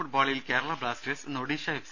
ഫുട്ബോളിൽ കേരള ബ്ലാസ്റ്റേഴ്സ് ഇന്ന് ഒഡീഷ എഫ്